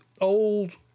old